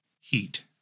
heat